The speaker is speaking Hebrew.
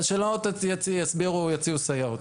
אז שלא יציעו סייעות.